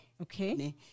Okay